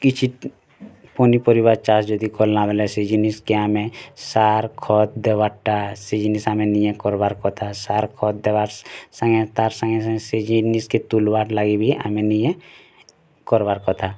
କିଛି ପନିପରିବା ଚାଷ୍ ଯଦି କଲା ବେଲେ ସେ ଜିନିଷ୍ କେ ଆମେ ସାର ଖତ୍ ଦେବାଟା ସେ ଜିନିଷ୍ ଆମେ ନିଜେ କରବାର୍ କଥା ସାର ଖତ୍ ଦେବା ସାଙ୍ଗେ ତାର୍ ସାଙ୍ଗେ ସାଙ୍ଗେ ସେ ଜିନିଷ୍ କେ ତୁଲବାର୍ ଲାଗି ବି ଆମେ ନିଜେ କରବାର୍ କଥା